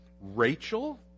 Rachel